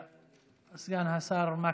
סגן השר מקלב.